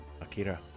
Akira